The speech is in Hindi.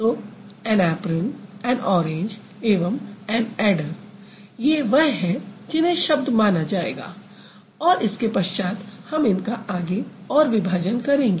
तो ऐन ऐप्रन ऐन ऑरेंज एवं ऐन ऐडर ये वह हैं जिन्हें शब्द माना जाएगा और इसके पश्चात हम इनका आगे और विभाजन करेंगे